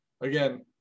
again